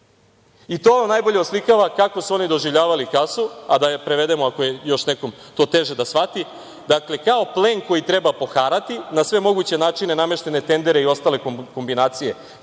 I to vam najbolje oslikava kako su oni doživljavali kasu, a da je prevedemo, ako je još nekom to teže da shvati, dakle, kao plen koji treba poharati na sve moguće načine nameštene tendere i ostale kombinacije